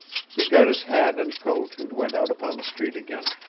he got his hat and coat and went out upon the street again.